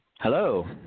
Hello